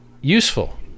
useful